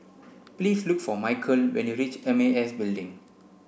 please look for Mykel when you reach M A S Building